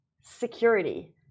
security